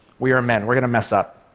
we are men. we're going to mess up.